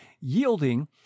yielding